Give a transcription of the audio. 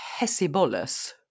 Hesibolus